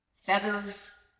feathers